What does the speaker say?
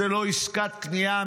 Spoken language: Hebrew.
זו לא עסקת קנייה,